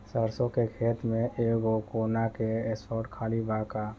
सरसों के खेत में एगो कोना के स्पॉट खाली बा का?